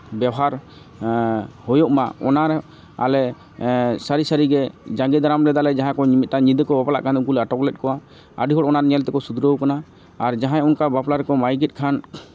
ᱵᱮᱣᱦᱟᱨ ᱦᱩᱭᱩᱜ ᱢᱟ ᱚᱱᱟ ᱟᱞᱮ ᱥᱟᱹᱨᱤ ᱥᱟᱹᱨᱤᱜᱮ ᱡᱟᱸᱜᱮ ᱫᱟᱨᱟᱢ ᱞᱮᱫᱟᱞᱮ ᱡᱟᱦᱟᱸᱭ ᱠᱚ ᱢᱤᱫᱴᱟᱱ ᱧᱤᱫᱟᱹ ᱠᱚ ᱵᱟᱯᱞᱟᱜ ᱠᱟᱱ ᱛᱟᱦᱮᱸᱫ ᱩᱱᱠᱩᱞᱮ ᱟᱴᱚᱠ ᱞᱮᱫ ᱠᱚᱣᱟ ᱟᱹᱰᱤ ᱦᱚᱲ ᱚᱱᱟ ᱧᱮᱞ ᱛᱮᱠᱚ ᱥᱩᱫᱷᱨᱟᱹᱣ ᱠᱟᱱᱟ ᱟᱨ ᱡᱟᱦᱟᱸᱭ ᱚᱱᱠᱟ ᱵᱟᱯᱞᱟ ᱨᱮᱠᱚ ᱢᱟᱭᱤᱠᱮᱫ ᱠᱷᱟᱱ